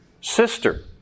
sister